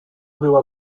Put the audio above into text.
była